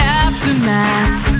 aftermath